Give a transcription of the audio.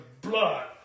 blood